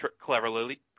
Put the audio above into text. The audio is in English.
cleverly